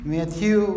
Matthew